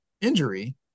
injury